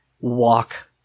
walk